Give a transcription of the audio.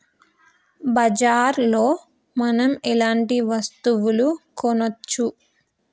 బజార్ లో మనం ఎలాంటి వస్తువులు కొనచ్చు?